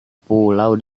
pulau